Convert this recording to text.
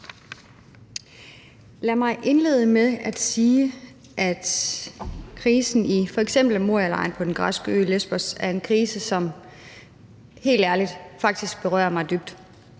Lad mig indlede med at sige, at krisen i f.eks. Morialejren på den græske ø Lesbos er en krise, som helt ærligt faktisk berører mig dybt.